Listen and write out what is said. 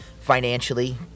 financially